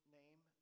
name